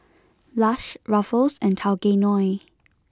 Lush Ruffles and Tao Kae Noi